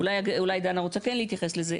אולי דנה רוצה כן להתייחס לזה.